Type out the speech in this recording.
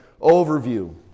overview